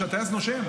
שהטייס נושם,